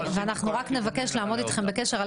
אנחנו רק נבקש לעמוד איתכם בקשר על